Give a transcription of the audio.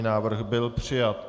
Návrh byl přijat.